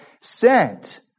sent